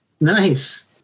Nice